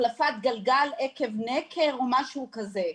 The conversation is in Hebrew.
החלפת גלגל עקב נקר או משהו כזה.